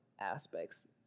aspects